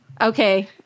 Okay